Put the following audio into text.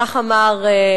כך אמר בית-המשפט: